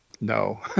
No